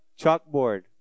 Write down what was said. chalkboard